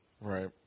Right